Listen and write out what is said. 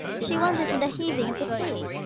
she wanders in the heaving of the sea,